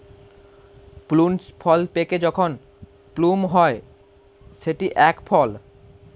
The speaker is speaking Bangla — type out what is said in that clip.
প্রুনস ফল পেকে যখন প্লুম হয় সেটি এক ফল